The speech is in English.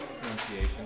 Pronunciation